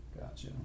Gotcha